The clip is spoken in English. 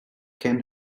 kent